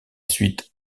suite